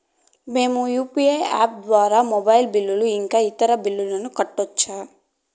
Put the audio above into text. మేము UPI app ద్వారా mobile bill ఇంకా ఇతర బిల్లులను కట్టొచ్చు